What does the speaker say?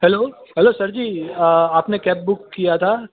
hello hello સરજી આપને cab book કિયા થા